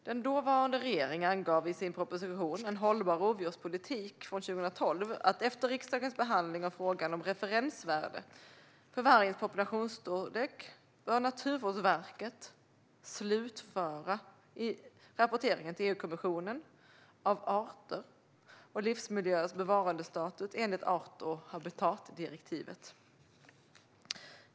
Den dåvarande regeringen angav i sin proposition En hållbar rovdjurspolitik från 2012 att efter riksdagens behandling av frågan om referensvärdet för vargens populationsstorlek bör Naturvårdsverket slutföra rapporteringen till EU-kommissionen av arter och livsmiljöers bevarandestatus enligt art och habitatdirektivet.